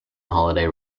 holiday